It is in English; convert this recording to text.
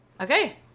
Okay